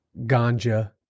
ganja